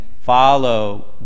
follow